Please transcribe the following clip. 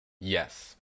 Yes